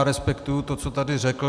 Respektuji to, co tady řekl.